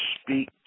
speak